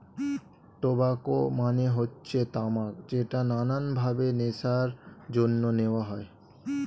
tobacco মানে হচ্ছে তামাক যেটা নানান ভাবে নেশার জন্য নেওয়া হয়